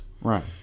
Right